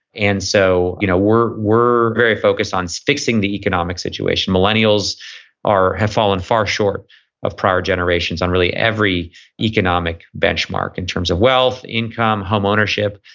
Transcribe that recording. and so you know we're we're very focused on fixing the economic situation. millennials have fallen far short of prior generations on really every economic benchmark. in terms of wealth, income, home ownership,